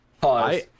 Pause